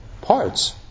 parts